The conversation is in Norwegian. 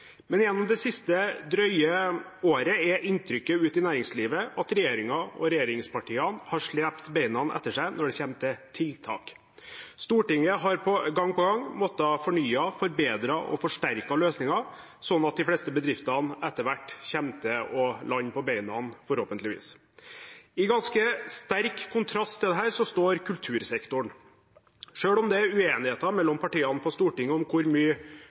Men gjennom det siste drøye året er inntrykket ute i næringslivet at regjeringen og regjeringspartiene har slept beina etter seg når det kommer til tiltak. Stortinget har gang på gang måttet fornye, forbedre og forsterke løsninger sånn at de fleste bedriftene etter hvert lander på beina, forhåpentligvis. I ganske sterk kontrast til dette står kultursektoren. Selv om det er uenigheter mellom partiene på Stortinget om hvor mye